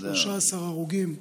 13 הרוגים.